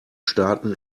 staaten